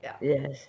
Yes